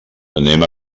anem